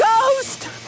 ghost